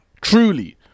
Truly